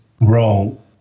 wrong